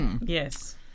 yes